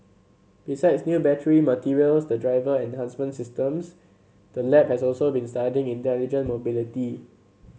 besides new battery materials and driver enhancement systems the lab has also been studying intelligent mobility